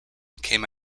came